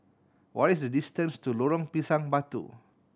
what is the distance to Lorong Pisang Batu